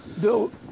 Bill